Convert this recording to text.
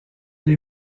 les